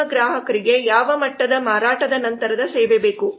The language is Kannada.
ನಮ್ಮ ಗ್ರಾಹಕರಿಗೆ ಯಾವ ಮಟ್ಟದ ಮಾರಾಟದ ನಂತರದ ಸೇವೆ ಬೇಕು